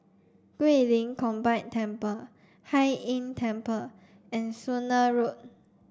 Guilin Combined Temple Hai Inn Temple and Spooner Road